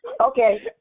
Okay